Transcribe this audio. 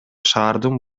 шаардын